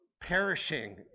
perishing